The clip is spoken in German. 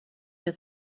der